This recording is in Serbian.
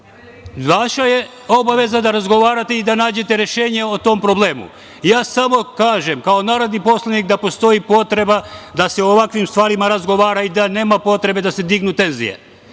Vaša je obaveza da razgovarate i da nađete rešenje o tom problemu. Ja samo kažem, kao narodni poslanik, da postoji potreba da se o ovakvim stvarima razgovara i da nema potrebe da se dignu tenzije.